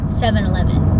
7-Eleven